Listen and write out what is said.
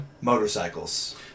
Motorcycles